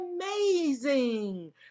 amazing